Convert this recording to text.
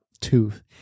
tooth